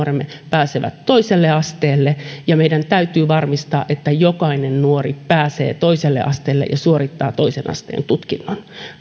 pääsevät toiselle asteelle ja meidän täytyy varmistaa että jokainen nuori pääsee toiselle asteelle ja suorittaa toisen asteen tutkinnon